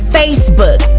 facebook